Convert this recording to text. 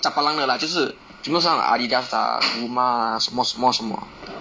champalang 的 lah like 就是全部是那种 Adidas 的 ah Puma lah 什么什么什么